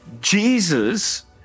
Jesus